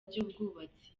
by’ubwubatsi